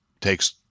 takes